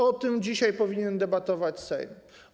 O tym dzisiaj powinien debatować Sejm.